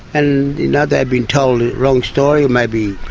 and you know, they'd been told the wrong story, maybe.